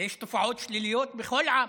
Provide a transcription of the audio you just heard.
יש תופעות שליליות בכל עם,